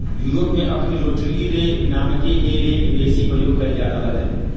Europe में अखनि rotary रे नामके हे रेक बेशी प्रयोग कएल जा रहल हइ